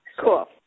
Cool